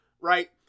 Right